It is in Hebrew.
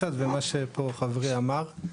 וגם למה שפה אמר חברי.